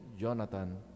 Jonathan